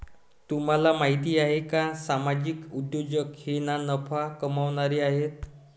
तुम्हाला माहिती आहे का सामाजिक उद्योजक हे ना नफा कमावणारे आहेत